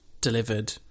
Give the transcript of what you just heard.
delivered